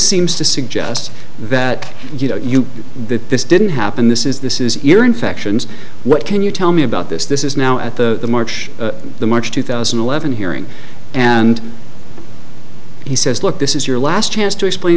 seems to suggest that you that this didn't happen this is this is ear infections what can you tell me about this this is now at the march the march two thousand and eleven hearing and he says look this is your last chance to explain